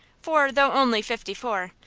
for though only fifty-four,